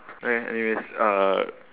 okay anyways uh